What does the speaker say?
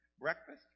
breakfast